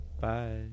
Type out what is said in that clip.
bye